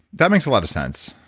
that makes a lot of sense.